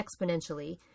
exponentially